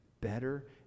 better